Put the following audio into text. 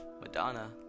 Madonna